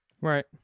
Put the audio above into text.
Right